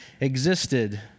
existed